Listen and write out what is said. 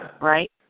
right